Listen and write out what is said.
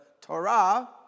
Torah